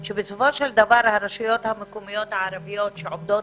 וזה התושבים הערבים שחיים בירושלים,